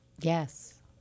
Yes